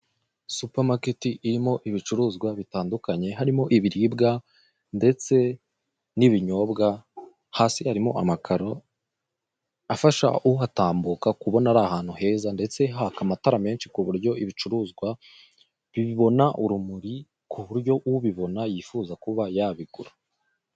Supamaketi irimo ibicuruzwa bitandukanye harimo ibiribwa ndetse n'ibinyobwa, hasi harimo amakaro afasha uhatambuka kubona ari ahantu heza ndetse haka amatara menshi ku buryo ibicuruzwa bibona urumuri ku buryo ubibona yifuza kuba yabigura.